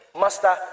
master